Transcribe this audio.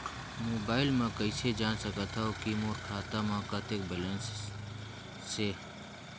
Mobile म कइसे जान सकथव कि मोर खाता म कतेक बैलेंस से?